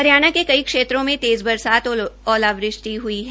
हरियाणा के कई क्षेत्रों में तेज़ बरसात और ओलावृष्टि हई है